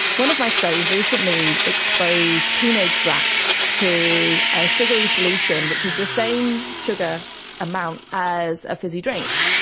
one of my studies recently exposed teenaged rats to a sugary solution which is the same sugar amount as a fizzy drink.